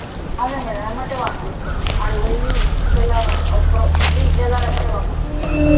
అదే మ్యాడమ్ ఎంబటే పంపిస్తాం ఆడికి పోయి తెల్లారి ఒకరో ఒకరోజు ఉండి తెల్లారి ఎంబటే పంపిస్తాం మ్యాడమ్